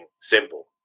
simple